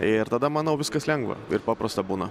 ir tada manau viskas lengva ir paprasta būna